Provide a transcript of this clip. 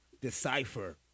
decipher